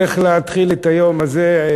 איך להתחיל את היום הזה?